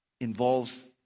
involves